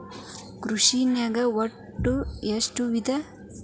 ಕೃಷಿನಾಗ್ ಒಟ್ಟ ಎಷ್ಟ ವಿಧ?